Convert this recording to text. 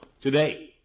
today